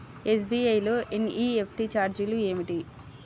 SBI లో NEFT ఛార్జీలు ఏమిటి?